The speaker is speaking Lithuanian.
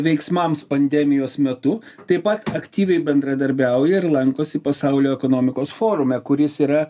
veiksmams pandemijos metu taip pat aktyviai bendradarbiauja ir lankosi pasaulio ekonomikos forume kuris yra